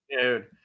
dude